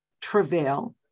travail